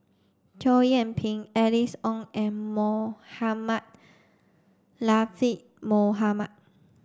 Chow Yian Ping Alice Ong and Mohamed Latiff Mohamed